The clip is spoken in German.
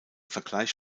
vergleich